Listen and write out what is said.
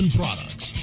products